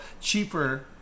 cheaper